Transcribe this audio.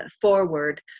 forward